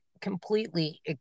completely